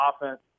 offense